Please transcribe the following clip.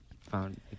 found